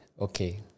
Okay